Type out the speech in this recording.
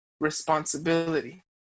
responsibility